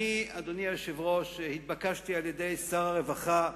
אדוני היושב-ראש, התבקשתי על-ידי שר הרווחה,